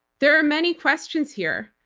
there are many questions here.